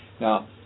Now